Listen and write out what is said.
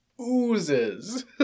Oozes